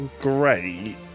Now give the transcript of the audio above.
great